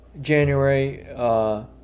January